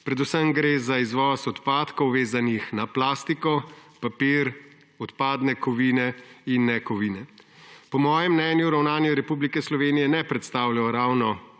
Predvsem gre za izvoz odpadkov, vezanih na plastiko, papir, odpadne kovine in nekovine. Po mojem mnenju ravnanje Republike Slovenije ne predstavlja ravno